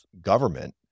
government